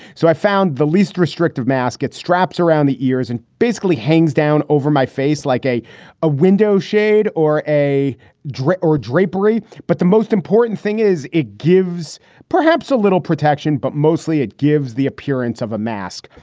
so i found the least restrictive mask, get straps around the ears and basically hangs down over my face like a a window shade or a drip or drapery. but the most important thing is it gives perhaps a little protection. but mostly it gives the appearance of a mask.